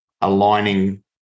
aligning